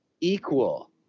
equal